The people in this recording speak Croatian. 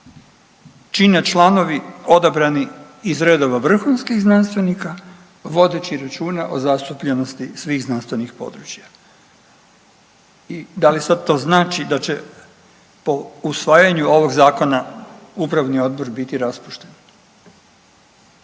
čine članovi odabrani iz redova vrhunskih znanstvenika vodeći računa o zastupljenosti svih znanstvenih područja. I da li sad to znači da će po usvajanju ovog zakona upravni odbor biti raspušten?